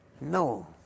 no